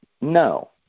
No